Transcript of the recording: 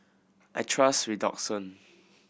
I trust Redoxon